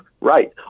right